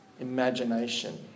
imagination